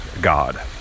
God